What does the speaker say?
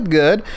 good